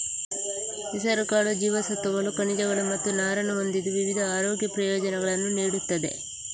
ಹೆಸರುಕಾಳು ಜೀವಸತ್ವಗಳು, ಖನಿಜಗಳು ಮತ್ತು ನಾರನ್ನು ಹೊಂದಿದ್ದು ವಿವಿಧ ಆರೋಗ್ಯ ಪ್ರಯೋಜನಗಳನ್ನು ನೀಡುತ್ತದೆ